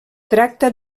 tracta